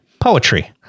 poetry